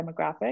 demographic